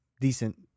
decent